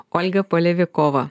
olga polevikova